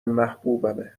محبوبمه